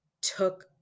took